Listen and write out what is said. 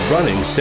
Running